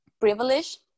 privileged